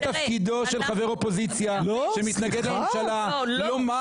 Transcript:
זה תפקידו של חבר אופוזיציה שמתנגד לממשלה לומר